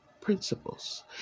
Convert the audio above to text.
principles